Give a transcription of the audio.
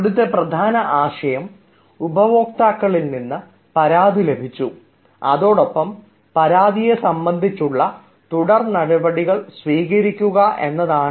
ഇവിടുത്തെ പ്രധാന ആശയം ഉപഭോക്താക്കളിൽ നിന്ന് പരാതികൾ ലഭിച്ചു അതോടൊപ്പം പരാതിയെ സംബന്ധിച്ചുള്ള തുടർനടപടികൾ സ്വീകരിക്കുക എന്നതാണ്